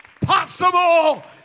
possible